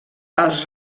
els